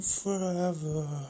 forever